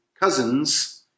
cousins